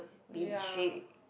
ya